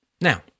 Now